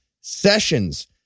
Sessions